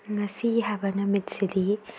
ꯉꯁꯤ ꯍꯥꯏꯕ ꯅꯨꯃꯤꯠ ꯑꯁꯤꯗꯤ